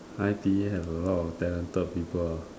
I_T_E has a lot of talented people ah